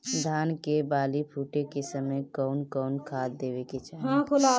धान के बाली फुटे के समय कउन कउन खाद देवे के चाही?